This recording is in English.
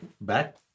back